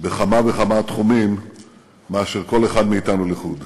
בכמה וכמה תחומים מאשר כל אחד מאתנו לחוד.